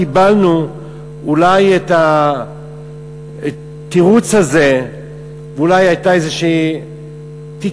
קיבלנו אולי את התירוץ הזה ואולי הייתה איזו תקווה,